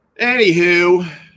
Anywho